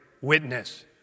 witness